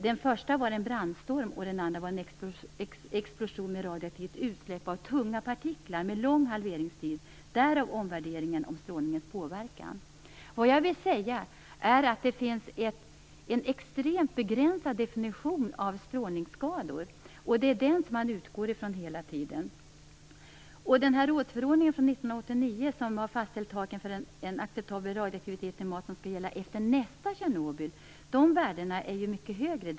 Det första var en brandstorm, och det andra var en explosion med radioaktivt utsläpp av tunga partiklar med lång halveringstid - därav omvärderingen om strålningens påverkan. Vad jag vill säga är att det finns en extremt begränsad definition av strålningsskador, och det är den som man hela tiden utgår från. En rådsförordning från 1989 har alltså redan fastställt de tak för acceptabel radioaktivitet i mat som skall gälla efter "nästa Tjernobyl". Dessa värden är mycket högre.